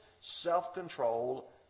self-control